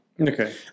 Okay